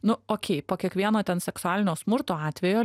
nu okei po kiekvieno ten seksualinio smurto atvejo